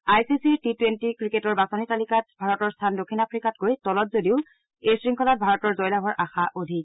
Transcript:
আই C চিৰ T twenty ক্ৰিকেটৰ বাচনিৰ তালিকাত ভাৰতৰ স্থান দক্ষিণ আফ্ৰিকাতকৈ তলত যদিও এই শৃংখলাত ভাৰতৰ জয়লাভৰ আশা অধিক